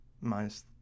Minus